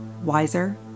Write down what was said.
wiser